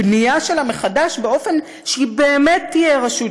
בנייה שלה מחדש באופן שהיא באמת תהיה רשות